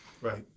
Right